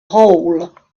hole